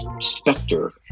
specter